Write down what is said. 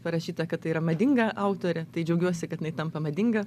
parašyta kad tai yra madinga autorė tai džiaugiuosi kad jinai tampa madinga